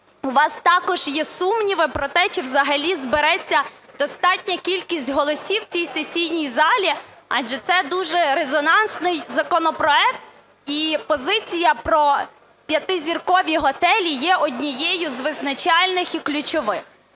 у вас також є сумніви про те, чи взагалі збереться достатня кількість голосів в цій сесійній залі, адже це дуже резонансний законопроект. І позиція про п'ятизіркові готелі є однією з визначальних і ключових.